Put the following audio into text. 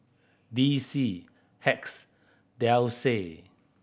D C Hacks Delsey